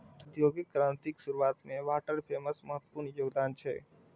औद्योगिक क्रांतिक शुरुआत मे वाटर फ्रेमक महत्वपूर्ण योगदान छै